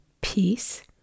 peace